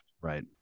Right